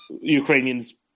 Ukrainians